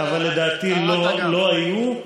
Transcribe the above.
אבל לדעתי לא היו.